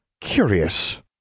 Curious